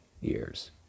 years